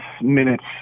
minutes